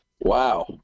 Wow